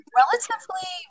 relatively